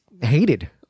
hated